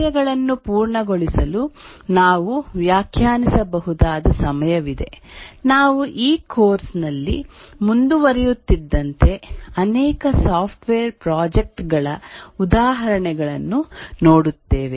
ಕಾರ್ಯಗಳನ್ನು ಪೂರ್ಣಗೊಳಿಸಲು ನಾವು ವ್ಯಾಖ್ಯಾನಿಸಬಹುದಾದ ಸಮಯವಿದೆ ನಾವು ಈ ಕೋರ್ಸ್ನಲ್ಲಿ ಮುಂದುವರಿಯುತ್ತಿದ್ದಂತೆ ಅನೇಕ ಸಾಫ್ಟ್ವೇರ್ ಪ್ರಾಜೆಕ್ಟ್ ಗಳ ಉದಾಹರಣೆಗಳನ್ನು ನೋಡುತ್ತೇವೆ